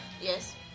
Yes